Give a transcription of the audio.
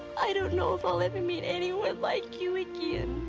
i don't know if i'll ever meet anyone like you again. and